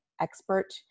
expert